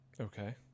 Okay